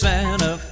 Santa